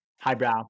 highbrow